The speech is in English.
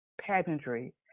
Pageantry